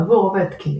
עבור רוב ההתקנים,